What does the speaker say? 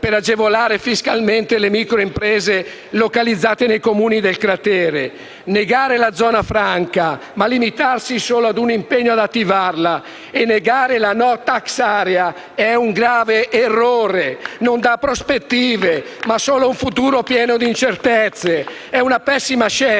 per agevolare fiscalmente le microimprese localizzate nei Comuni del cratere. Negare la zona franca, ma limitarsi solo a un impegno ad attivarla, e negare la *no tax area* è un grave errore; non dà prospettive, ma solo un futuro pieno di incertezze. *(Applausi dal